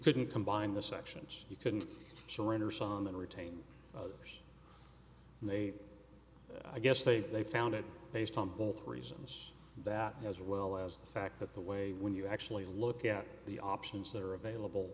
couldn't combine the sections you couldn't surrender song and retain they i guess they they found it based on both reasons that as well as the fact that the way when you actually look at the options that are available